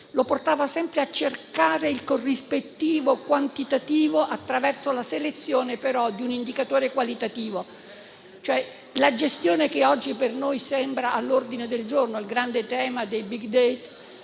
lo portava sempre a cercare il corrispettivo quantitativo attraverso la selezione però di un indicatore qualitativo. La gestione che oggi per noi sembra all'ordine del giorno, il grande tema dei *big data*,